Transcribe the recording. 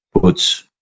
puts